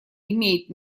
имеет